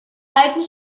alten